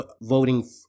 voting